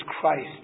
Christ